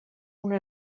una